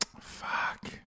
Fuck